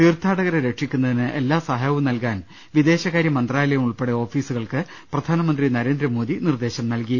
തീർത്ഥാടകരെ രക്ഷിക്കു ന്നതിന് എല്ലാ സഹായവും നൽകാൻ വിദേശകാര്യമന്ത്രാലയം ഉൾപ്പെടെ ഓഫീസുകൾക്ക് പ്രധാനമന്ത്രി നരേന്ദ്രമോദി നിർദ്ദേശം നൽകി